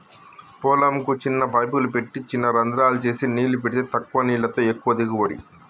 పొలం కు చిన్న పైపులు పెట్టి చిన రంద్రాలు చేసి నీళ్లు పెడితే తక్కువ నీళ్లతో ఎక్కువ దిగుబడి